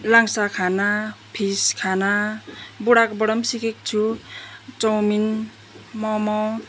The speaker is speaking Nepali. लाङ्सा खाना फिस खाना बुढाकोबाट पनि सिकेको छु चौमिन मोमो